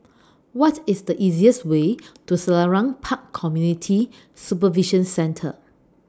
What IS The easiest Way to Selarang Park Community Supervision Centre